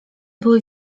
były